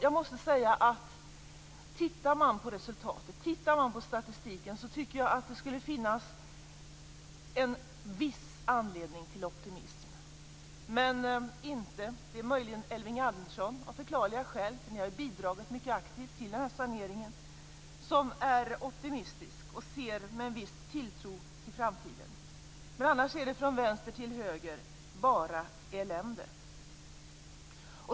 Om man tittar på resultatet och statistiken tycker jag att det skulle finnas en viss anledning till optimism - men inte. Det är möjligen av förklarliga skäl Elving Andersson, eftersom Centern mycket aktivt har bidragit till denna sanering, som är optimistisk och ser med en viss tilltro på framtiden. Men annars är det från vänster till höger bara elände.